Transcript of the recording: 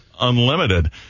unlimited